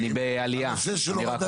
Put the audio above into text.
הנושא של הורדת